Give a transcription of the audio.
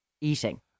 Eating